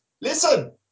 Listen